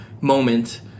moment